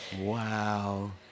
Wow